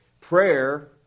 Prayer